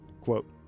quote